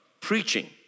preaching